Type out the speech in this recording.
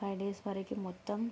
five days వరకు మొత్తం